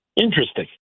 Interesting